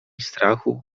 strachu